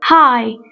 Hi